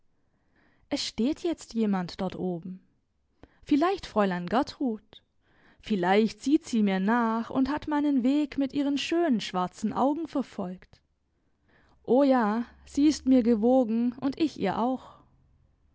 es steht jetzt jemand dort oben vielleicht fräulein gertrud vielleicht sieht sie mir nach und hat meinen weg mit ihren schönen schwarzen augen verfolgt o ja sie ist mir gewogen und ich ihr auch